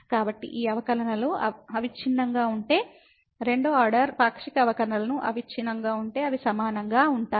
కాబట్టి ఈ అవకలనాలు అవిచ్ఛిన్నంగా ఉంటే రెండవ ఆర్డర్ పాక్షిక అవకలనాలు అవిచ్ఛిన్నంగా ఉంటే అవి సమానంగా ఉంటాయి